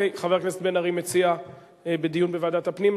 בסדר, חבר הכנסת בן-ארי מציע דיון בוועדת הפנים.